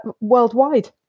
worldwide